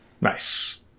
Nice